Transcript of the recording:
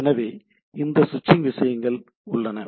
எனவே இந்த ஸ்விட்சிங் விஷயங்கள் உள்ளன